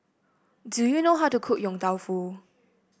do you know how to cook Yong Tau Foo